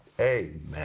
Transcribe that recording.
Amen